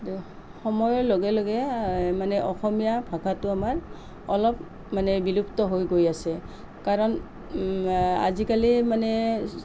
সময়ৰ লগে লগে মানে অসমীয়া ভাষাটো আমাৰ অলপ মানে বিলুপ্ত হৈ গৈ আছে কাৰণ আজিকালি মানে